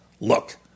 Look